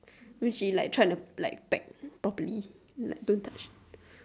when she like try to like pack properly like don't touch